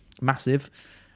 massive